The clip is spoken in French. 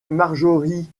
marjorie